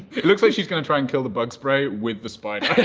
it looks like she's gonna try and kill the bug spray with the spider.